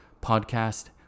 podcast